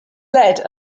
led